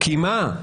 כי מה?